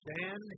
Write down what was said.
stand